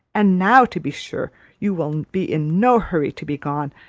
and now to be sure you will be in no hurry to be gone.